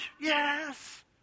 Yes